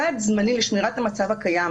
סעד זמני לשמירת המצב הקיים,